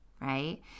right